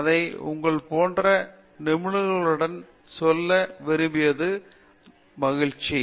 இதை உங்களை போன்ற ஒரு நிபுணர் எங்களுக்கு சொல்ல விரும்பியது மகிழ்ச்சி